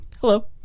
Hello